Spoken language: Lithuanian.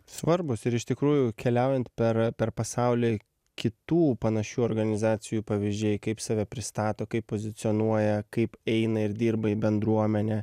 svarbūs ir iš tikrųjų keliaujant per per pasaulį kitų panašių organizacijų pavyzdžiai kaip save pristato kaip pozicionuoja kaip eina ir dirba į bendruomenę